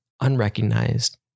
Unrecognized